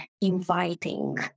inviting